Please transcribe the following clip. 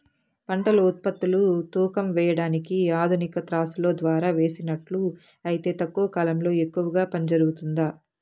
పంట ఉత్పత్తులు తూకం వేయడానికి ఆధునిక త్రాసులో ద్వారా వేసినట్లు అయితే తక్కువ కాలంలో ఎక్కువగా పని జరుగుతుందా?